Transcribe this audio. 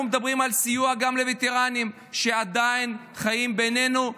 אנחנו מדברים על סיוע גם לווטרנים שעדיין חיים בינינו,